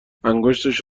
انگشتش